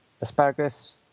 asparagus